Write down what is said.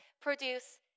produce